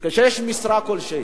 כשיש משרה כלשהי,